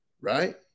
Right